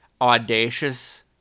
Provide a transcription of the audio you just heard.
audacious